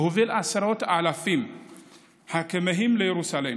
שהוביל עשרות אלפים הכמהים לירוסלם,